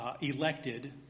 elected